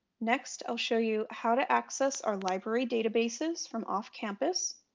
next i'll show you how to access our library databases from off campus.